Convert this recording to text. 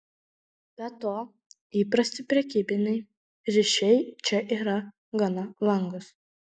be to įprasti prekybiniai ryšiai čia yra gana vangūs